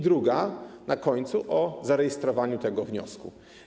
Druga, na końcu - o zarejestrowaniu tego wniosku.